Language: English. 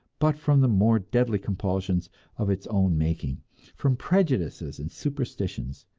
but from the more deadly compulsions of its own making from prejudices and superstitions.